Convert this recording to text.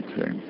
Okay